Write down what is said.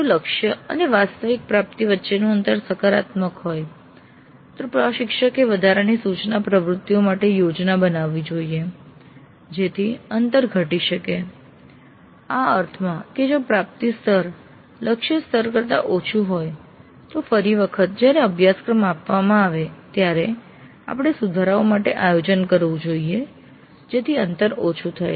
જો લક્ષ્ય અને વાસ્તવિક પ્રાપ્તિ વચ્ચેનું અંતર સકારાત્મક હોય તો પ્રશિક્ષકે વધારાની સૂચના પ્રવૃત્તિઓ માટે યોજના બનાવવી જોઈએ જેથી અંતર ઘટી શકે આ અર્થમાં કે જો પ્રાપ્તિ સ્તર લક્ષ્ય સ્તર કરતાં ઓછું હોય તો ફરી વખત જયારે અભ્યાસક્રમ આપવામાં આવે ત્યારે આપણે સુધારાઓ માટે આયોજન કરવું જોઈએ જેથી અંતર ઓછું થાય